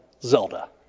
Zelda